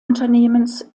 unternehmens